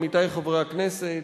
עמיתי חברי הכנסת,